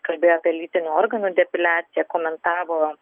kalbėjo apie lytinių organų depiliaciją komentavo